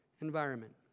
environment